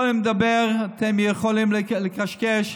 אתם יכולים לדבר, אתם יכולים קשקש,